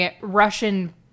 Russian